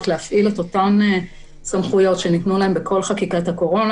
להפעיל את אותן סמכויות שניתנו להם בכל חקיקת הקורונה,